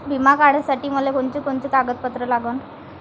बिमा काढासाठी मले कोनची कोनची कागदपत्र लागन?